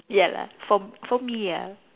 ya lah for for me ah